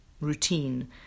routine